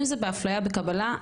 אם זה באפליה בקבלה,